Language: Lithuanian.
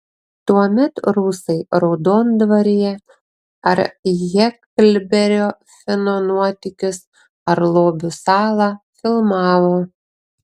tuomet rusai raudondvaryje ar heklberio fino nuotykius ar lobių salą filmavo